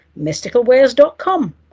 mysticalwares.com